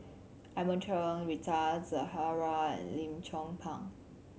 Edmund Chen Rita Zahara and Lim Chong Pang